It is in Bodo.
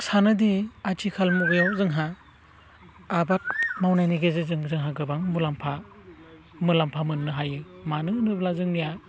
सानो दि आथिखाल मुगायाव जोंहा आबाद मावनायनि गेजेरजों जोंहा गोबां मुलाम्फा मोननो हायो मानो होनोब्ला जोंनिया